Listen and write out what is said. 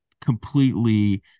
completely